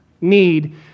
need